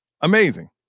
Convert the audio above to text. Amazing